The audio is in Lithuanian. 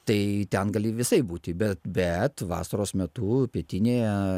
tai ten gali visaip būti bet bet vasaros metu pietinėje